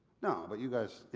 no, but you guys.